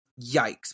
Yikes